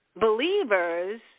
believers